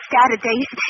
Saturdays